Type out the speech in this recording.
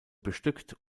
bestückt